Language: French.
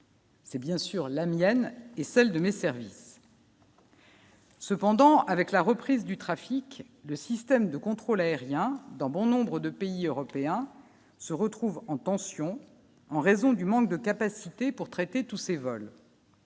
C'est bien sûr la mienne et celle de mes services. Cependant, avec la reprise du trafic, le système de contrôle aérien dans bon nombre de pays européens se retrouvent en tension en raison du manque de capacité pour traiter tous ses vols.